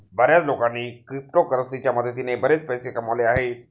बर्याच लोकांनी क्रिप्टोकरन्सीच्या मदतीने बरेच पैसे कमावले आहेत